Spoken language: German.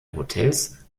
hotels